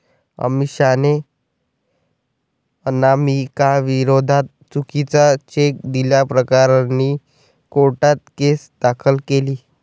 अमिषाने अनामिकाविरोधात चुकीचा चेक दिल्याप्रकरणी कोर्टात केस दाखल केली